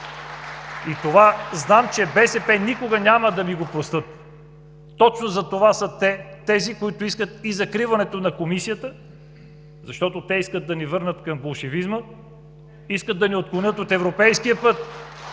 че това от БСП никога няма да ми го простят. Точно те са тези, които искат и закриването на Комисията, защото искат да ни върнат към болшевизма, искат да ни отклонят от европейския път,